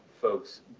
folks